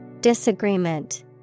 Disagreement